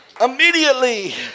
Immediately